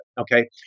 Okay